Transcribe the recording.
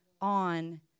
on